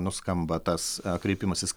nuskamba tas kreipimasis